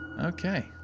Okay